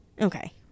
Okay